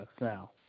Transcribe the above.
now